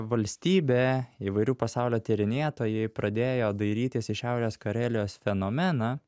valstybė įvairių pasaulio tyrinėtojai pradėjo dairytis į šiaurės karelijos fenomeną